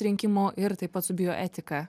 rinkimo ir taip pat su bioetika